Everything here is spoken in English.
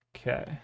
Okay